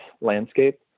landscape